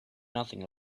nothing